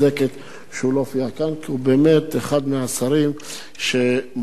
כי הוא באמת אחד מהשרים שמרבים להופיע כאן במליאה.